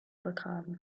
begraben